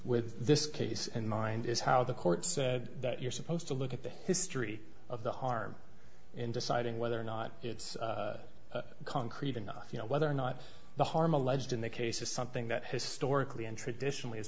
with this case in mind is how the court said that you're supposed to look at the history of the harm in deciding whether or not it's concrete enough you know whether or not the harm alleged in the case is something that historically and traditionally is